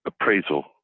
appraisal